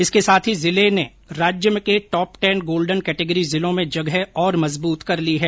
इसके साथ ही जिले ने राज्य के टॉपटेन गोल्डन कैटेगिरी जिलों में जगह और मजबूत कर ली है